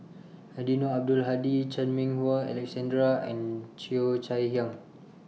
Eddino Abdul Hadi Chan Meng Wah Alexander and Cheo Chai Hiang